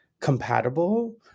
compatible